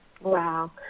Wow